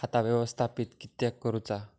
खाता व्यवस्थापित किद्यक करुचा?